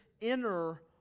inner